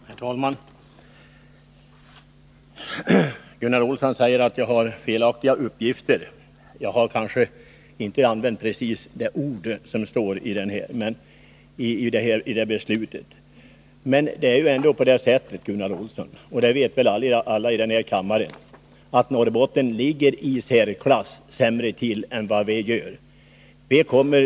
Herr talman! Gunnar Olsson säger att jag har felaktiga uppgifter. Jag har kanske inte använt precis de ord som står i riksdagsbeslutet. Men det är ändå på det sättet, Gunnar Olsson, att Norrbotten ligger i särklass sämst till. Det vet alla i denna kammare.